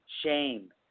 shame